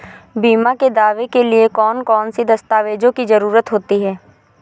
बीमा के दावे के लिए कौन कौन सी दस्तावेजों की जरूरत होती है?